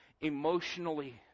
emotionally